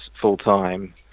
full-time